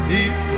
Deep